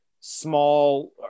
small